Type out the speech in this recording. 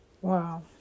Wow